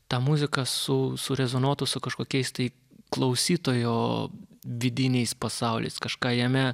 ta muzika su surezonuotų su kažkokiais tai klausytojo vidiniais pasauliais kažką jame